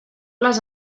les